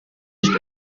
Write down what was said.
ist